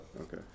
Okay